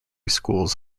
schools